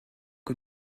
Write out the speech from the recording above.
que